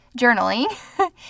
journaling